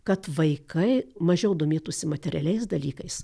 kad vaikai mažiau domėtųsi materialiais dalykais